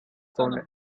found